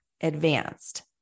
advanced